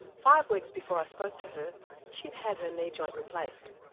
five weeks before i spoke to her she'd had her knee joint replaced.